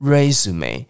Resume